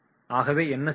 ஆகவே என்ன செய்வது